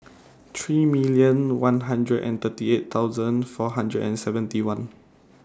three million one hundred and thirty eight thousand four hundred and seventy one